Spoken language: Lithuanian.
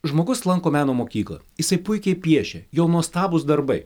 žmogus lanko meno mokyklą jisai puikiai piešia jo nuostabūs darbai